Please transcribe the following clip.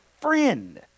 friend